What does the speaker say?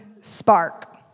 spark